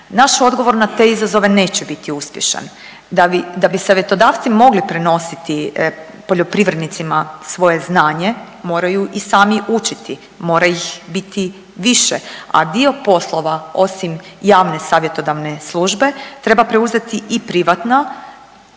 naš odgovor na te izazove neće biti uspješan. Da bi, da bi savjetodavci mogli prenositi poljoprivrednicima svoje znanje moraju i sami učiti, mora ih biti više, a dio poslova osim javne savjetodavne službe treba preuzeti i privatna,